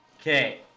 Okay